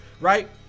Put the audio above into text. Right